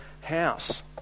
house